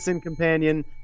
companion